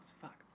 Fuck